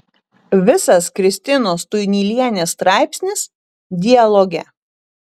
visas kristinos tuinylienės straipsnis dialoge